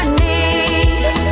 need